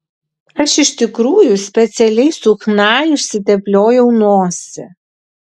aš iš tikrųjų specialiai su chna išsitepliojau nosį